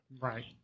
Right